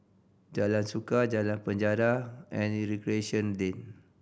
Jalan Suka Jalan Penjara and Recreation Lane